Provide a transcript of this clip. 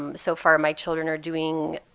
um so far, my children are doing